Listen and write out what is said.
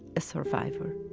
a survivor